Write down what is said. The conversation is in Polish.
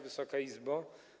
Wysoka Izbo!